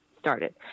started